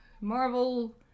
Marvel